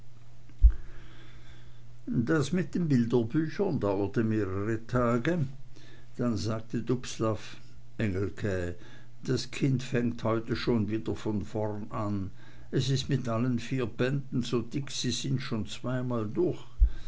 das mit den bilderbüchern dauerte mehrere tage dann sagte dubslav engelke das kind fängt heute schon wieder von vorn an es ist mit allen vier bänden so dick sie sind schon zweimal durch